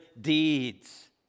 deeds